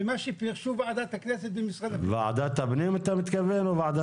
ומה שפירשו ועדת הכנסת ומשרד הפנים